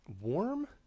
Warm